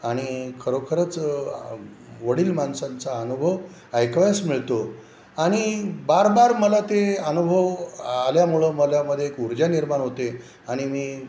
आणि खरोखरंच वडील माणसांचा अनुभव ऐकावयास मिळतो आणि बार बार मला ते अनुभव आल्यामुळं मनामध्ये एक ऊर्जा निर्माण होते आणि मी